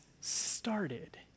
started